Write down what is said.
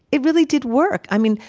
it really did work i mean,